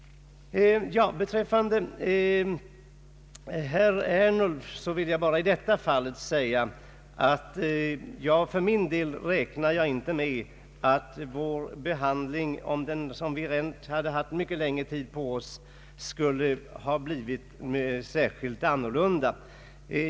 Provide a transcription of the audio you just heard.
Till herr Ernulf vill jag i detta fall säga att jag för min del inte räknar med att vår behandling skulle ha blivit särskilt annorlunda om vi haft längre tid på oss.